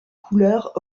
couleurs